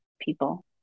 people